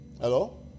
Hello